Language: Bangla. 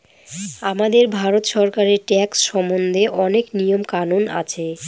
আমাদের ভারত সরকারের ট্যাক্স সম্বন্ধে অনেক নিয়ম কানুন আছে